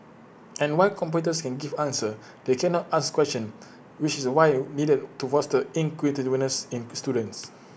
and while computers can give answers they cannot ask questions which is while needed to foster inquisitiveness in students